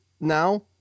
now